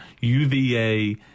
UVA